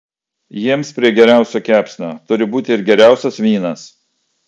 jiems prie geriausio kepsnio turi būti ir geriausias vynas